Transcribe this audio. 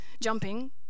jumping